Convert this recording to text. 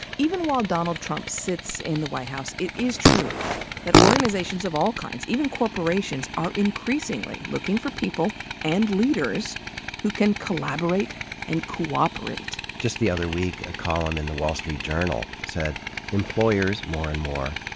even while donald trump sits in the white house, it is true that organizations of all kinds, even corporations, are increasingly looking for people and leaders who can collaborate and cooperate. just the other week, a column in the wall street journal said employers, more and more,